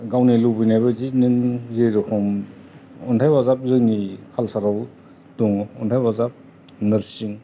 गावनि लुबैनाय बायदि नों जेरखम अन्थाइ बाजाब जोंनि खालसाराव दङ अन्थाइ बाजाब नोरसिं